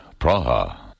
Praha